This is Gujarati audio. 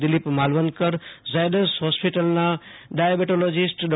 દિલીપ માવલંકર ઝાયડસ હોસ્પિટલના ડાયાબેટોલોજીસ્ટ ડૉ